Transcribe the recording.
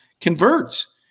converts